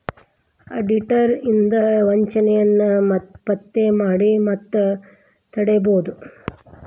auditor ಇಂದಾ ವಂಚನೆಯನ್ನ ಪತ್ತೆ ಮಾಡಿ ಮತ್ತ ತಡಿಬೊದು